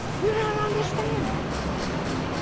yeah understand, so i stopped,